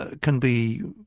ah can be